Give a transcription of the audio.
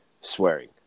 swearing